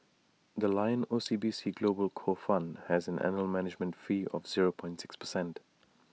the lion O C B C global core fund has an annual management fee of zero point six percent